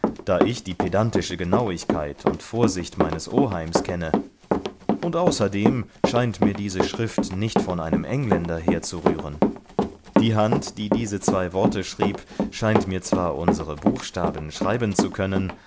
da ich die pedantische genauigkeit und vorsicht meines oheims kenne und außerdem scheint mir diese schrift nicht von einem engländer herzurühren die hand die diese zwei worte schrieb scheint mir zwar unsere buchstaben schreiben zu können